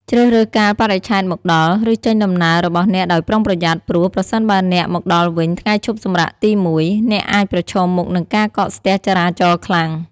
ជ្រើសរើសកាលបរិច្ឆេទមកដល់ ឬចេញដំណើររបស់អ្នកដោយប្រុងប្រយ័ត្ន ព្រោះ ប្រសិនបើអ្នកមកដល់វិញថ្ងៃឈប់សម្រាកទីមួយ អ្នកអាចប្រឈមមុខនឹងការកកស្ទះចរាចរណ៍ខ្លាំង។